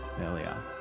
earlier